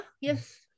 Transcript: yes